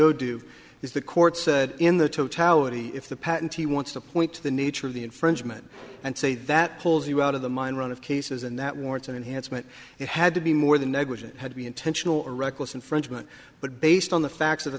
o do is the court said in the totality if the patent he wants to point to the nature of the infringement and say that pulls you out of the mine run of cases and that warrants enhancement it had to be more than negligence had to be intentional or reckless infringement but based on the facts of the